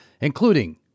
including